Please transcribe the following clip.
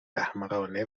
احمقانه